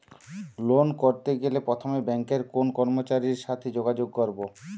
Loan করতে গেলে প্রথমে ব্যাঙ্কের কোন কর্মচারীর সাথে যোগাযোগ করব?